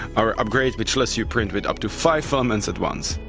our upgrade which lets you print with up to five filaments at once.